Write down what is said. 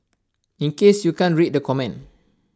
in case you can't read the comment